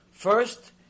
First